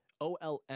olm